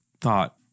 thought